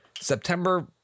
September